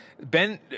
Ben